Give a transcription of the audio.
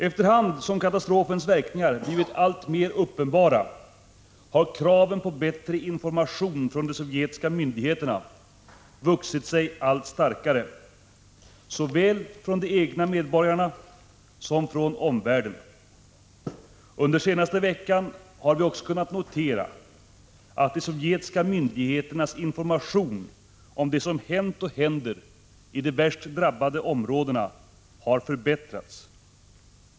Efter hand som katastrofens verkningar blivit alltmer uppenbara har kraven på bättre information från de sovjetiska myndigheterna vuxit sig allt starkare, såväl från de egna medborgarna som från omvärlden. Under den senaste veckan har vi också kunnat notera att de sovjetiska myndigheternas information om det som hänt och händer i de värst drabbade områdena har förbättrats.